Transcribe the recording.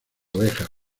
ovejas